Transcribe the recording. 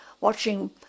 watching